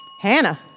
Hannah